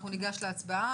אנחנו ניגש להצבעה.